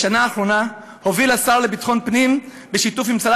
בשנה האחרונה הוביל השר לביטחון פנים בשיתוף עם שרת